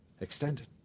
extended